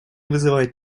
вызывает